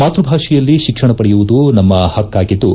ಮಾತ್ವಭಾಷೆಯಲ್ಲಿ ಶಿಕ್ಷಣ ಪಡೆಯುವುದು ನಮ್ಮ ಪಕ್ಕಾಗಿದ್ದು